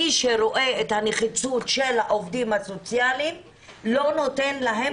מי שרואה את הנחיצות של העובדים הסוציאליים לא נותן להם